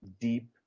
deep